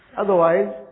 otherwise